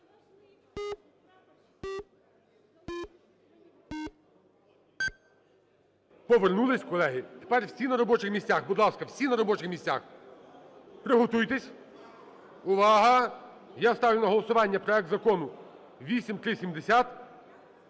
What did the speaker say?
Повернулись, колеги. Тепер всі на робочих місцях. Будь ласка, всі на робочих місцях. Приготуйтесь. Увага! Я ставлю на голосування проект закону 8370